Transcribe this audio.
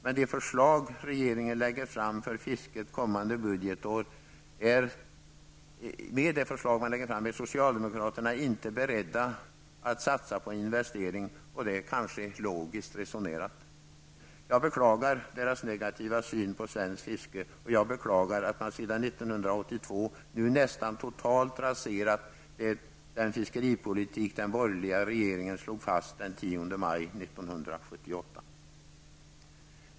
Med de förslag regeringen lägger fram för fisket kommande budgetår är socialdemokraterna inte beredda att satsa på investeringar. Och det är kanske logiskt resonerat. Jag beklagar socialdemokraternas negativa syn på svenskt fiske, och jag beklagar att man sedan 1982 nu nästan totalt raserat den fiskeripolitik som den borgerliga regeringen slog fast den 10 maj 1978.